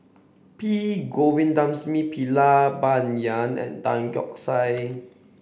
P Govindasamy Pillai Bai Yan and Tan Keong Saik